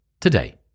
today